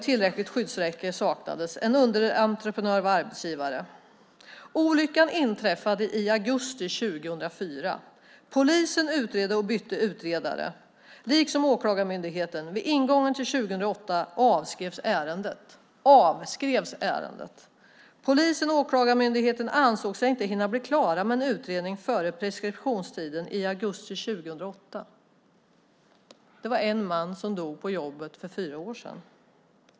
Tillräckligt skyddsräcke saknades. En underentreprenör var arbetsgivare. Olyckan inträffade i augusti 2004. Polisen utredde och bytte utredare liksom Åklagarmyndigheten. Vid ingången till 2008 avskrevs ärendet. Polisen och Åklagarmyndigheten ansåg sig inte hinna bli klara med en utredning före preskriptionstiden i augusti 2008. Detta var en man som dog på jobbet för fyra år sedan!